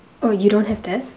oh you don't have that